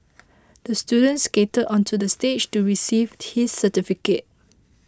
the student skated onto the stage to receive his certificate